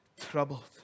troubled